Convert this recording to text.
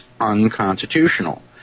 unconstitutional